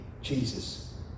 Jesus